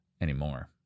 anymore